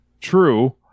True